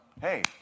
hey